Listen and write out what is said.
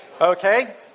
Okay